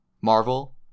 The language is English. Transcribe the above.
Marvel